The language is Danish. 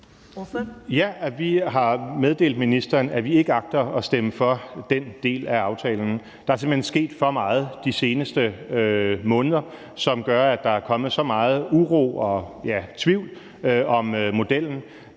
(DF) : Vi har meddelt ministeren, at vi ikke agter at stemme for den del af aftalen. Der er simpelt hen sket for meget de seneste måneder, som gør, at der er kommet så meget uro og tvivl om modellen.